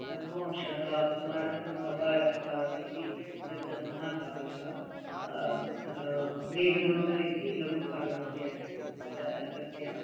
रघुवंशः कुमारसम्भवः इति तत् महाकाव्यः मेघदूतमिति लघुकाव्यमपि अस्ति तस्य